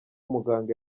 muganga